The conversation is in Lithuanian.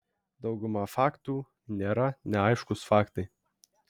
dauguma faktų nėra neaiškūs faktai